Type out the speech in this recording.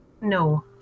No